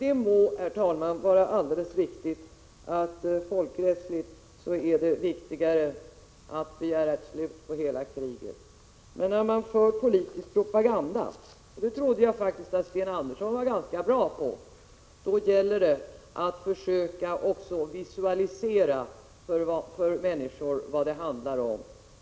Det må, herr talman, vara alldeles riktigt att det folkrättsligt är viktigare att begära ett slut på hela kriget. Men när man för politisk propaganda, och det trodde jag Sten Andersson var ganska bra på, då gäller det att också försöka visualisera för människor vad det handlar om.